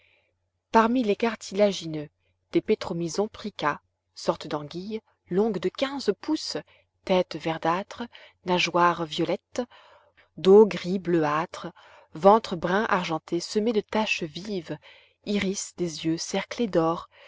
parmi les cartilagineux des pétromizons pricka sortes d'anguilles longues de quinze pouces tête verdâtre nageoires violettes dos gris bleuâtre ventre brun argenté semé de taches vives iris des yeux cerclé d'or